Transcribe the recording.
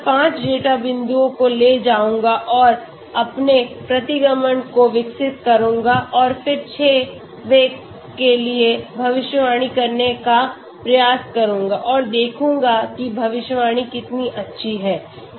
मैं केवल 5 डेटा बिंदुओं को ले जाऊंगा और अपने प्रतिगमन को विकसित करूंगा और फिर 6वें के लिए भविष्यवाणी करने का प्रयास करूंगा और देखूंगा कि भविष्यवाणी कितनी अच्छी है